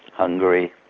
hungary,